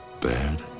bad